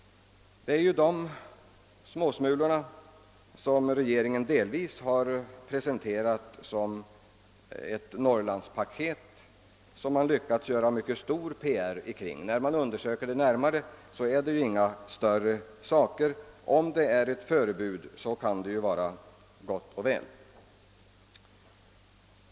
Det är sådana småsmulor som regeringen delvis har presenterat såsom ett Norrlandspaket, kring vilket den har lyckats göra omfattande PR. När man undersöker det närmare finner man att det inte gäller några större saker, men om det är ett förebud, kan det vara gott och väl.